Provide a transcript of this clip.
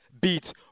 beat